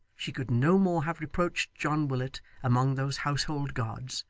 she could no more have reproached john willet among those household gods,